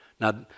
Now